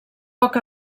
poc